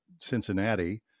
Cincinnati